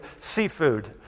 seafood